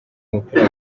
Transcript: umupira